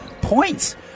points